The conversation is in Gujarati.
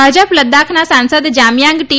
ભાજપ લદ્દાખના સાંસદ જામયાંગ ટી